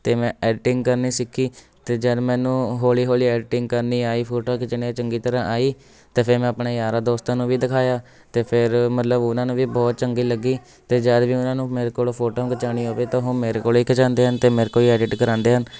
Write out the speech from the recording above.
ਅਤੇ ਮੈਂ ਐਡਟਿੰਗ ਕਰਨੀ ਸਿੱਖੀ ਅਤੇ ਜਦ ਮੈਨੂੰ ਹੌਲੀ ਹੌਲੀ ਐਡਟਿੰਗ ਕਰਨੀ ਆਈ ਫੋਟੋਆਂ ਖਿੱਚਣੀਆਂ ਚੰਗੀ ਤਰ੍ਹਾਂ ਆਈ ਅਤੇ ਫਿਰ ਮੈਂ ਆਪਣੇ ਯਾਰਾਂ ਦੋਸਤਾਂ ਨੂੰ ਵੀ ਦਿਖਾਇਆ ਅਤੇ ਫਿਰ ਮਤਲਬ ਉਹਨਾਂ ਨੂੰ ਵੀ ਬਹੁਤ ਚੰਗੀ ਲੱਗੀ ਅਤੇ ਜਦ ਵੀ ਉਹਨਾਂ ਨੂੰ ਮੇਰੇ ਕੋਲੋਂ ਫੋਟੋਆਂ ਖਿਚਾਉਣੀ ਹੋਵੇ ਤਾਂ ਉਹ ਮੇਰੇ ਕੋਲ ਖਿਚਾਉਂਦੇ ਹਨ ਅਤੇ ਅਤੇ ਮੇਰੇ ਕੋਲ ਐਡਿਟ ਕਰਾਉਂਦੇ ਹਨ